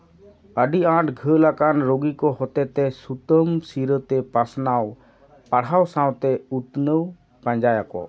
ᱟᱹᱰᱤ ᱟᱸᱴ ᱜᱷᱟᱹᱞ ᱟᱠᱟᱱ ᱨᱳᱜᱤ ᱠᱚ ᱦᱚᱛᱮ ᱛᱮ ᱥᱩᱛᱟᱹᱢ ᱥᱤᱨᱟᱹ ᱛᱮ ᱯᱟᱥᱱᱟᱣ ᱯᱟᱲᱦᱟᱣ ᱥᱟᱶᱛᱮ ᱩᱛᱱᱟᱹᱣ ᱯᱟᱸᱡᱟᱭ ᱟᱠᱚ